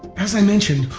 as i mentioned,